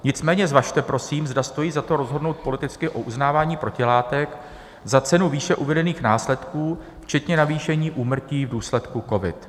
Nicméně zvažte prosím, zda stojí za to, rozhodnout politicky o uznávání protilátek, za cenu výše uvedených následků, včetně navýšení úmrtí v důsledku covidu.